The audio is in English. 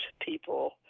people